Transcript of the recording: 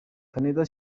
kaneza